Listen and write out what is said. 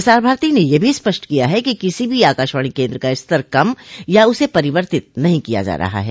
प्रसार भारती ने यह भी स्पष्ट किया है कि किसी भी आकाशवाणी केन्द्र का स्तर कम या उसे परिवर्तित नहीं किया जा रहा है